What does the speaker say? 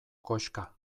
koxka